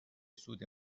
سود